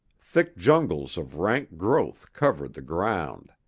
thick jungles of rank growth covered the ground.